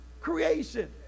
creation